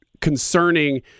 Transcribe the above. concerning –